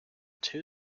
two